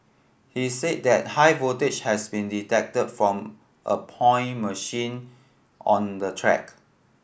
he said that high voltages has been detected from a point machine on the track